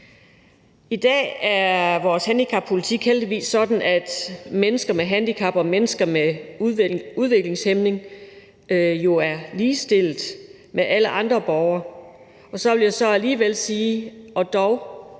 I dag er vores handicappolitik heldigvis sådan, at mennesker med handicap og mennesker med udviklingshæmning jo er ligestillede med alle andre borgere, men så vil jeg så alligevel sige og dog.